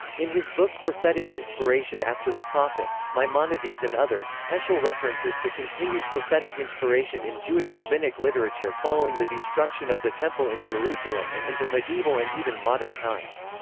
in his book prophetic inspiration after the prophets maimonides and others, heschel references to continued prophetic inspiration in jewish rabbinic literature following the destruction of the temple in jerusalem and into medieval and even modern times.